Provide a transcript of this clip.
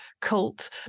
cult